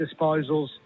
disposals